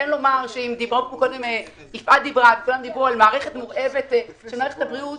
אם יפעת וכולם דיברו על מערכת בריאות מורעבת אז